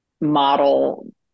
model